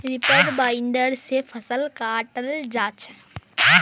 reaper binder से फसल कटाल जा छ